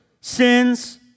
sins